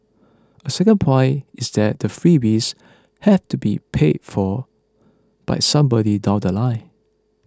a second point is that the freebies have to be paid for by somebody down The Line